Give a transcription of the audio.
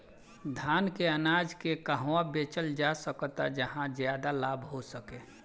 धान के अनाज के कहवा बेचल जा सकता जहाँ ज्यादा लाभ हो सके?